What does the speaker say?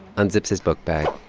unzips his book bag,